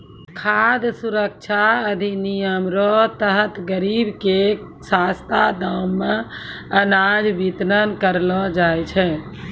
खाद सुरक्षा अधिनियम रो तहत गरीब के सस्ता दाम मे अनाज बितरण करलो जाय छै